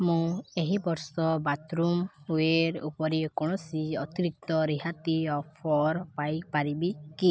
ମୁଁ ଏହି ବର୍ଷ ବାଥରୁମ୍ ୱେର୍ ଉପରେ କୌଣସି ଅତିରିକ୍ତ ରିହାତି ଅଫର୍ ପାଇପାରିବି କି